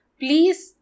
please